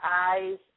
eyes